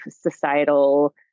societal